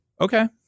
okay